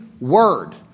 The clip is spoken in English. word